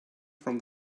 from